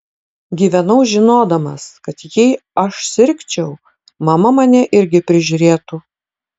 gyvenau žinodamas kad jei aš sirgčiau mama mane irgi prižiūrėtų